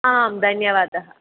आं धन्यवादः